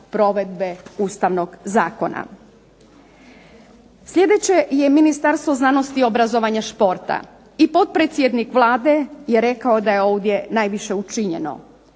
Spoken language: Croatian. provedbe Ustavnog zakona. Sljedeće je Ministarstvo znanosti, obrazovanja i športa, i potpredsjednik Vlade je rekao da je ovdje najviše učinjeno